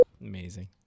Amazing